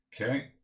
Okay